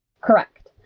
Correct